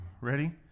Ready